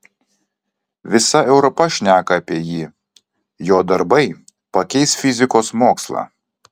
visa europa šneka apie jį jo darbai pakeis fizikos mokslą